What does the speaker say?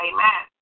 Amen